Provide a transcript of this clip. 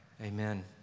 Amen